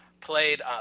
played